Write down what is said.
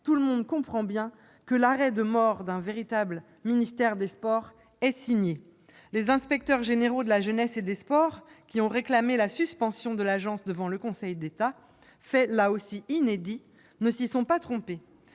tout le monde comprend bien que l'arrêt mort d'un véritable ministère des sports est signé. Les inspecteurs généraux de la jeunesse et des sports, qui ont réclamé la suspension de l'Agence devant le Conseil d'État- fait inédit -, ne s'y sont pas trompés.